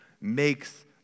makes